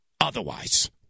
otherwise